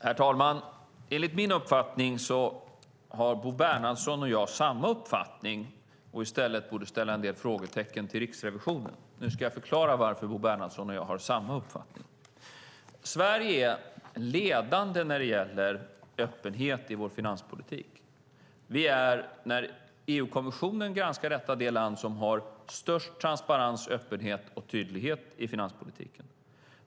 Herr talman! Enligt min uppfattning har Bo Bernhardsson och jag samma uppfattning och borde i stället ställa en del frågor till Riksrevisionen. Nu ska jag förklara varför Bo Bernhardsson och jag har samma uppfattning. Sverige är ledande när det gäller öppenhet i finanspolitiken. När EU-kommissionen granskar detta är vi det land som har störst transparens, öppenhet och tydlighet i finanspolitiken.